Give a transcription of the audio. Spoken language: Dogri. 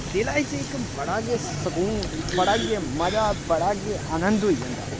दिलै च इक बड़ा गै सकून बड़ा गै मजा बड़ा गै आनंद होई जंदा ऐ